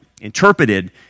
interpreted